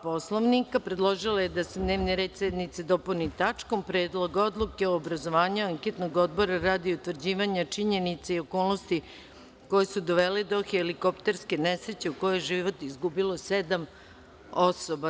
Poslovnika predložila je da se dnevni red sednice dopuni tačkom – Predlog odluke o obrazovanju anketnog odbora radi utvrđivanja činjenice i okolnosti koje su dovele do helikopterske nesreće u kojoj je život izgubilo sedam osoba.